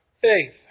faith